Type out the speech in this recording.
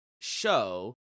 show